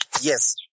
Yes